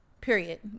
Period